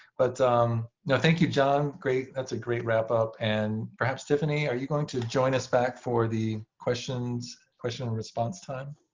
but no thank you, john. great. that's a great wrap up. and perhaps, tiffany, are you going to join us back for the question and response time?